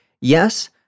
yes